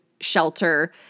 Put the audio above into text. shelter